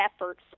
efforts